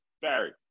Barry